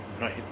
Right